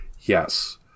yes